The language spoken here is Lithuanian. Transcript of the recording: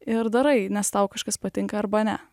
ir darai nes tau kažkas patinka arba ne